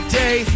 day